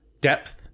depth